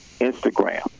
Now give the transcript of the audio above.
Instagram